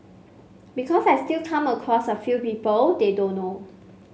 because I still come across a few people they don't know